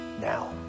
now